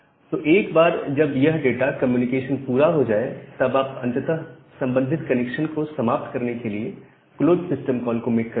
तो एक बार जब यह डाटा कम्युनिकेशन पूरा हो जाए तब आप अंततः संबंधित कनेक्शन को समाप्त करने के लिए क्लोज Close सिस्टम कॉल को मेक करते हैं